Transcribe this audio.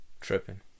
Tripping